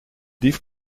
dief